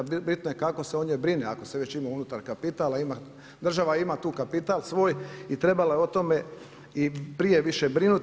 Bitno je kako se o njoj brine ako se već ima unutar kapital, a država ima tu kapital svoj i trebala je o tome i prije više brinuti.